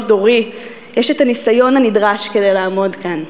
דורי יש את הניסיון הנדרש כדי לעמוד כאן.